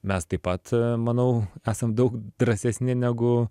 mes taip pat manau esam daug drąsesni negu